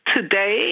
today